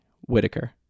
Whitaker